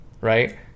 Right